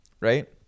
right